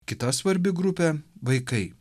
kita svarbi grupė vaikai